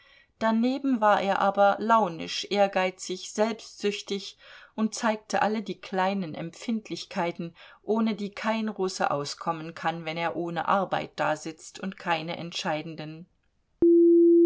daneben war er aber launisch ehrgeizig selbstsüchtig und zeigte alle die kleinen empfindlichkeiten ohne die kein russe auskommen kann wenn er ohne arbeit dasitzt und keine entscheidenden